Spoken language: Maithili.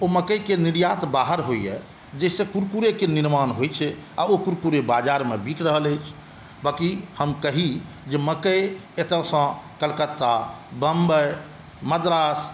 ओ मकइ के निर्यात बाहर होइया जाहिसँ कुरकुरे के निर्माण होइ छै आ ओ कुरकुरे बाजार मे बिक रहल अछि बाकी हम कहि जे मकइ एतऽसँ कलकत्ता बम्बइ मद्रास